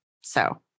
So-